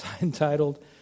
entitled